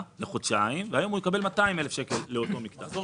לחודשיים והיום הוא יקבל 200,000 שקל לאותו